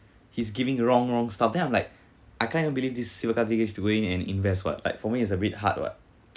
he's giving the wrong wrong stuff then I'm like I can't even believe this siva guy to go in and invest what like for me it's a bit hard what